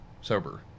sober